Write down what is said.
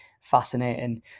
fascinating